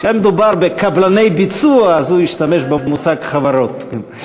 כשהיה מדובר ב"קבלני ביצוע" אז הוא השתמש במושג "חברות".